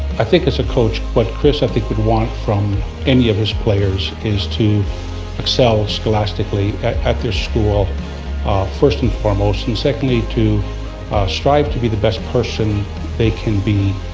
i think as a coach, what chris i think would want from any of his players is to excel scholastically at their school first and foremost, and secondly to strive to be the best person they can be